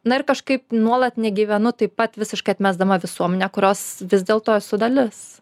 na ir kažkaip nuolat negyvenu taip pat visiškai atmesdama visuomenę kurios vis dėl to esu dalis